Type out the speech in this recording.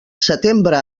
setembre